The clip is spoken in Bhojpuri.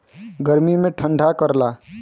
गर्मी मे ठंडा करला